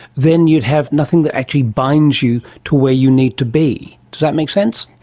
then you'd have nothing that actually binds you to where you need to be. does that make sense?